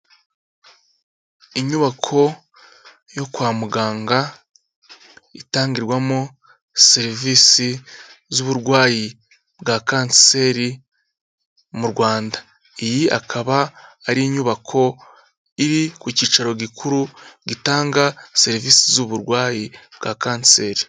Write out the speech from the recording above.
Inyubako yo kwa muganga itangirwamo serivisi z'uburwayi bwa kanseri mu Rwanda. Iyi akaba ari inyubako iri ku cyicaro gikuru gitanga serivisi z'ubu burwayi bwa kanseri.